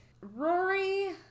Rory